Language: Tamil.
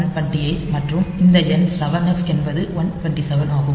80 128 மற்றும் இந்த எண் 7f என்பது 127 ஆகும்